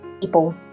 people